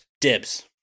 Dibs